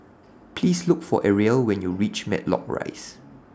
Please Look For Arielle when YOU REACH Matlock Rise